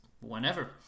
whenever